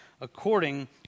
according